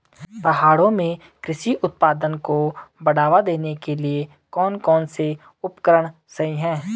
पहाड़ों में कृषि उत्पादन को बढ़ावा देने के लिए कौन कौन से उपकरण सही हैं?